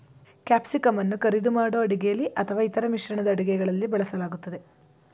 ಕ್ಯಾಪ್ಸಿಕಂಅನ್ನ ಕರಿದು ಮಾಡೋ ಅಡುಗೆಲಿ ಅಥವಾ ಇತರ ಮಿಶ್ರಣದ ಅಡುಗೆಗಳಲ್ಲಿ ಬಳಸಲಾಗ್ತದೆ